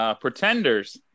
Pretenders